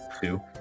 two